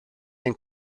ein